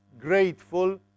grateful